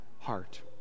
heart